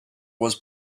was